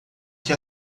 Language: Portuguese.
que